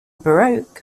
baroque